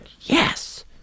yes